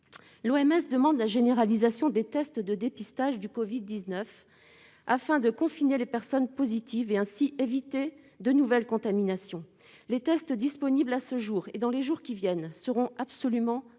santé) demande la généralisation des tests de dépistage du Covid-19 afin de confiner les personnes positives et, ainsi, éviter de nouvelles contaminations. Les tests disponibles à ce jour et dans les jours qui viennent seront absolument